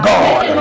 God